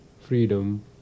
freedom